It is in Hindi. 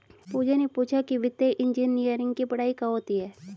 पूजा ने पूछा कि वित्तीय इंजीनियरिंग की पढ़ाई कहाँ होती है?